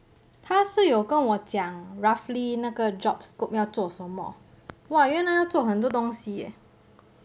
她是有跟我讲 roughly 那个 job scope 要做什么哇原来要做很多东西 eh